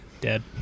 Dead